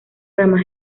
ramas